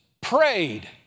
prayed